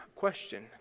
Question